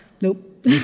nope